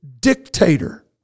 dictator